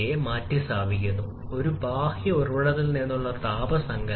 അടുത്ത ഘടകം അതായത് താപനിലയോടൊപ്പം നിർദ്ദിഷ്ട താപത്തിന്റെ വ്യത്യാസം